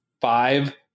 five